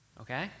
okay